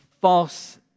false